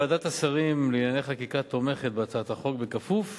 ועדת השרים לענייני חקיקה תומכת בהצעת החוק כפוף